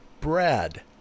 Brad